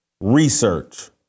research